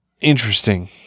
interesting